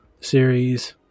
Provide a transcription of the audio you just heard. series